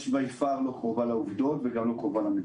לא קרובה לעובדות וגם לא קרובה למציאות.